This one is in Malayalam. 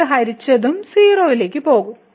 കൊണ്ട് ഹരിച്ചതും 0 ലേക്ക് പോകും